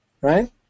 right